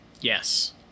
Yes